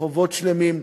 רחובות שלמים,